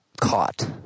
caught